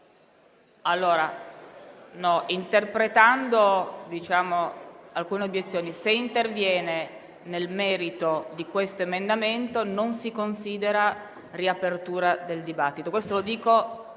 Interpretando alcune obiezioni, se il Governo interviene nel merito di questo emendamento, non si considera riapertura del dibattito. Questo lo dico